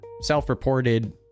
self-reported